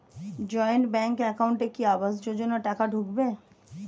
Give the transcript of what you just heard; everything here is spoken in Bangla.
জয়েন্ট ব্যাংক একাউন্টে কি আবাস যোজনা টাকা ঢুকবে?